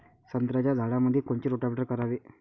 संत्र्याच्या झाडामंदी कोनचे रोटावेटर करावे?